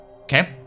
Okay